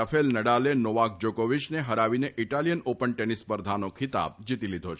Rafael નડાલે Novak જાકોવીચને ફરાવીને ઈટાલીયન ઓપન ટેનિસ સ્પર્ધાનો ખિતાબ જીતી લીધો છે